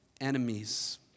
enemies